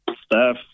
staff